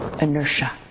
inertia